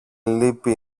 λύπη